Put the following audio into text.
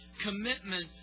commitment